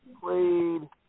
played